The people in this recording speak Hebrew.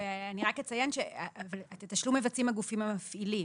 אבל את התשלום מבצעים הגופים המפעילים,